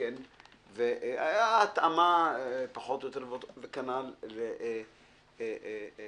גם הנקודה של פארס אל חאג'י,